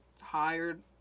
hired